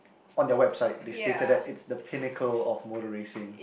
on their website they stated that it's the Pinnacle of motor racing